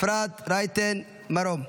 אפרת רייטן מרום.